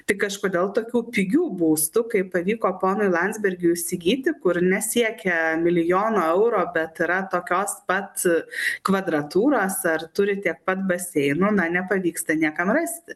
tik kažkodėl tokių pigių būstų kaip pavyko ponui landsbergiui įsigyti kur nesiekia milijono eurų bet yra tokios pat kvadratūros ar turite pat baseinų na nepavyksta niekam rasti